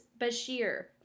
Bashir